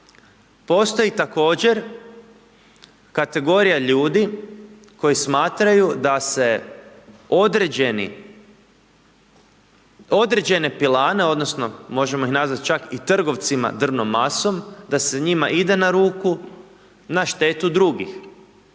Postoji također kategorija ljudi koji smatraju da se određeni, određene pilane odnosno možemo ih nazvati čak i trgovcima drvnom masom, da se njima ide na ruku na štetu drugih